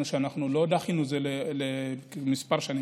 לא דחינו את זה לכמה שנים,